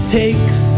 takes